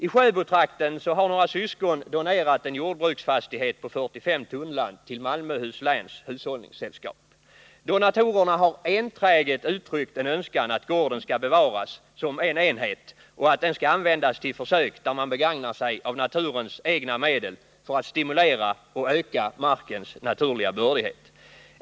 I Sjöbotrakten har några syskon donerat en jordbruksfastighet på 45 tunnland till Malmöhus läns hushållningssällskap. Donatorerna har enträget uttryckt en önskan att gården skall bevaras som en enhet och att den skall användas till försök, där man begagnar sig av naturens egna medel för att stimulera och öka markens naturliga bördighet.